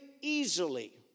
easily